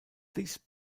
these